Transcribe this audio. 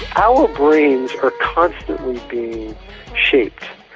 so our brains are constantly being shaped,